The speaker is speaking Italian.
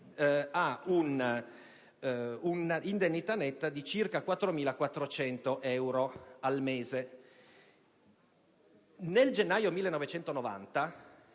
ha un'indennità netta di circa 4.400 euro al mese. Nel gennaio 1990,